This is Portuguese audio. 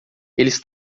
eles